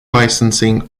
licensing